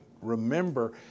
remember